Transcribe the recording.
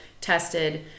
tested